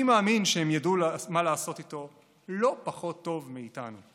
אני מאמין שהם ידעו מה לעשות איתו לא פחות טוב מאיתנו.